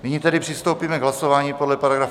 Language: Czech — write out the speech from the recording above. Nyní tedy přistoupíme k hlasování podle paragrafu...